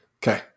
Okay